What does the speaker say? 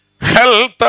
health